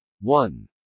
One